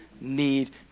need